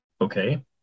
okay